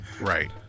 Right